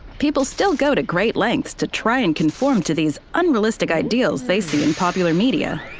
people still go to great lengths to try and conform to these unrealistic ideals they see in popular media.